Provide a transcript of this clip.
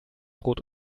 brot